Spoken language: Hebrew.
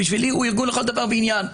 בשבילי הוא ארגון לכל דבר ועניין.